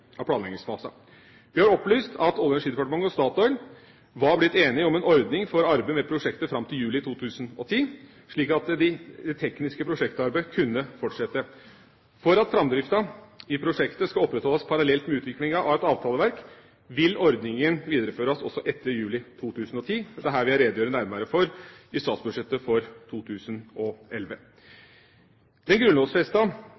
har opplyst om at Olje- og energidepartementet og Statoil var blitt enige om en ordning for arbeidet med prosjektet fram til juli 2010, slik at det tekniske prosjektarbeidet kunne fortsette. For at framdriften i prosjektet skal opprettholdes parallelt med utviklingen av et avtaleverk, vil ordningen videreføres også etter juli 2010. Dette vil jeg redegjøre nærmere for i statsbudsjettet for